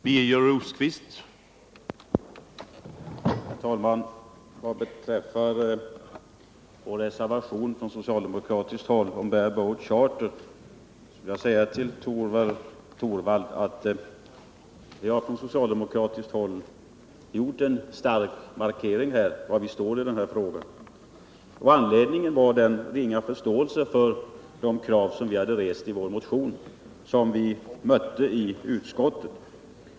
Herr talman! Beträffande vår reservation från socialdemokratiskt håll om bare-boat charter vill jag säga till Rune Torwald att vi starkt markerat var vi står i frågan. Anledningen var den ringa förståelse som vi mötte i utskottet för de krav vi rest i vår motion.